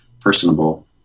personable